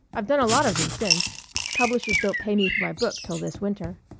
i've done a lot of them since publishers don't pay me for my book till this winter.